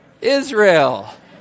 Israel